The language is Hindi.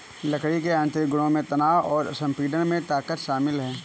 लकड़ी के यांत्रिक गुणों में तनाव और संपीड़न में ताकत शामिल है